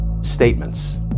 statements